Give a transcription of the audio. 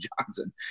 Johnson